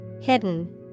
Hidden